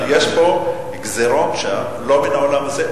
לדעתי יש כאן גזירות שהן לא מהעולם הזה.